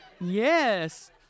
Yes